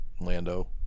Lando